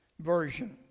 version